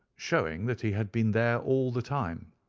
showing that he had been there all the time.